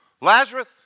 Lazarus